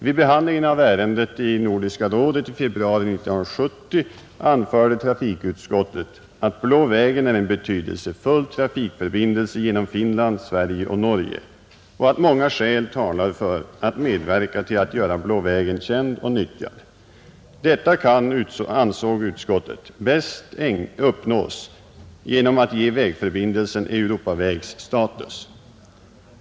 Vid behandlingen av ärendet i Nordiska rådet i februari 1970 anförde trafikutskottet att Blå vägen är en betydelsefull trafikförbindelse genom Finland, Sverige och Norge och att många skäl talar för att medverka till att göra Blå vägen känd och nyttjad. Detta kan, ansåg utskottet, bäst uppnås genom att ge vägförbindelsen Europavägs status.